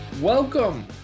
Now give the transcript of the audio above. Welcome